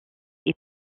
est